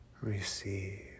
receive